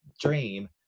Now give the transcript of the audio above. dream